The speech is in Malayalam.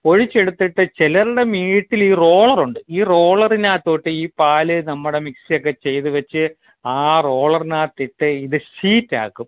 ഒഴിച്ചെടുത്തിട്ട് ചിലരുടെ വീട്ടുൽ ഈ റോളറുണ്ട് ഈ റോളറിന് അകത്തോട്ട് ഈ പാല് നമ്മുടെ മിക്സ് ഒക്കെ ചെയ്ത് വെച്ച് ആ റോളറിനകത്തിട്ട് ഇത് ഷീറ്റാക്കും